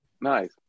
Nice